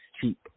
cheap